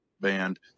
band